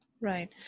Right